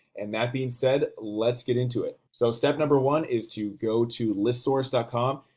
and that being said, let's get into it. so step number one is to go to listsource ah com,